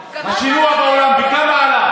מה היה ב-2009, השינוע, השינוע בעולם, בכמה עלה?